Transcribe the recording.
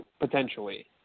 Potentially